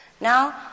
Now